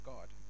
God